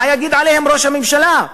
מה יגיד עליהם ראש הממשלה?